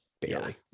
barely